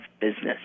business